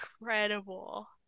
incredible